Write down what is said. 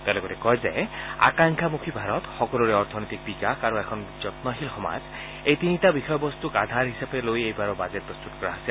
তেওঁ লগতে কয় যে আকাংক্ষামুখী ভাৰত সকলোৰে অৰ্থনৈতিক বিকাশ আৰু এখন যন্নশীল সমাজ এই তিনিটা বিষয়বস্তুক আধাৰ হিচাপে লৈ এইবাৰৰ বাজেট প্ৰস্তত কৰা হৈছে